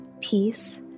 peace